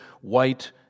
white